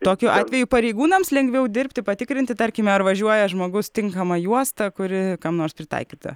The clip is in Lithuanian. tokiu atveju pareigūnams lengviau dirbti patikrinti tarkime ar važiuoja žmogus tinkama juosta kuri kam nors pritaikyta